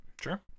sure